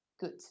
good